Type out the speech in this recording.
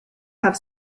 have